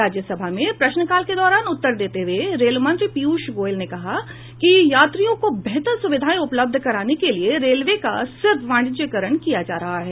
राज्यसभा में प्रश्नकाल के दौरान उत्तर देते हुए रेल मंत्री पीयूष गोयल ने कहा कि यात्रियों को बेहतर सुविधाएं उपलब्ध कराने के लिए रेलवे का सिर्फ वाणिज्यिकरण किया जा रहा है